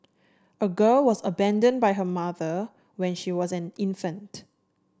a girl was abandoned by her mother when she was an infant